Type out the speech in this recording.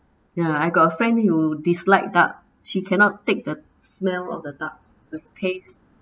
ya I got a friend who dislike duck she cannot take the smell of the ducks the taste